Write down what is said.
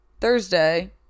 Thursday